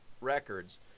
Records